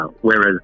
Whereas